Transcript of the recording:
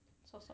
sot sot